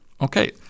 Okay